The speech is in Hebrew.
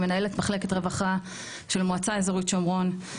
מנהלת מחלקת רווחה של מועצה אזורית שומרון.